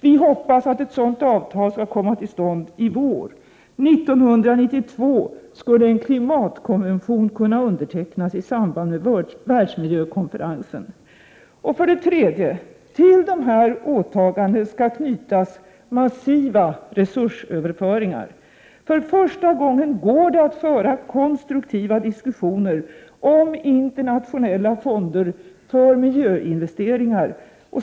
Vi hoppas att ett sådant avtal skall komma till stånd i vår. 1992 skulle en klimatkonvention kunna undertecknas i samband med världsmiljökonferensen. 3. Till dessa åtaganden skall knytas massiva resursöverföringar. För första gången går det att föra konstruktiva diskussioner om internationella fonder för miljöinvesteringar.